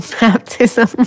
baptism